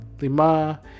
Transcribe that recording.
lima